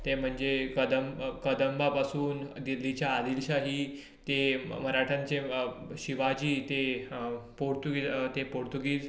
कदंब कदंबा पसून दिल्लीच्या अदील शाही ते मराठाचे शिवाजी ते पोर्तुगीज